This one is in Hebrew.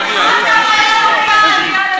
את מסיתה מעל הדוכן.